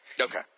Okay